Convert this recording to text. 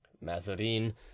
mazarin